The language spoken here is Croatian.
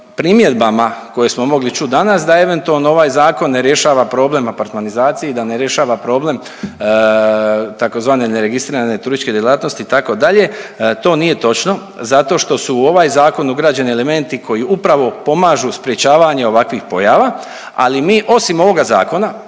primjedbama koje smo mogli čut danas da eventualno ovaj zakon ne rješava problem apartmanizacije i da ne rješava problem tzv. neregistrirane turističke djelatnosti itd.. To nije točno zato što su u ovaj zakon ugrađeni elementi koji upravo pomažu sprječavanje ovakvih pojava, ali mi osim ovoga zakona